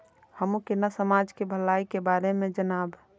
हमू केना समाज के भलाई के बारे में जानब?